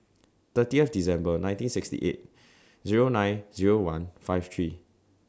thirtieth December nineteen sixty eight Zero nine Zero one five three